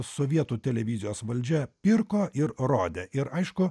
sovietų televizijos valdžia pirko ir rodė ir aišku